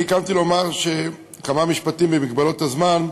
אני קמתי לומר כמה משפטים במגבלות הזמן,